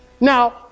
Now